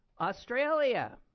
Australia